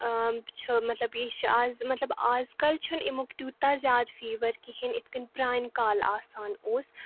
چھُ مطلب یہِ چھُ اَز مطلب اَزکَل چھُ نہٕ اَمیُک تیٛوٗتاہ زیادٕ فیٖوَر کِہیٖنٛۍ یِتھٕ کٔنۍ پرٛانہِ کالہٕ آسان اوس